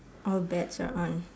all bets are on